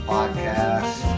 Podcast